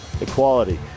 equality